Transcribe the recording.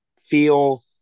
feel